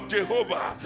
Jehovah